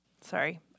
Sorry